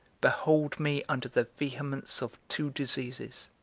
behold me under the vehemence of two diseases,